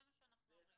זה מה שאנחנו אומרים.